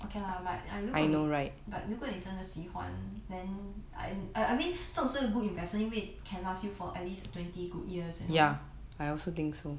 okay lah but I 如果你 but 如果你真的喜欢 then I I I mean 这种是 good investment 因为 can last you for at least twenty good years you know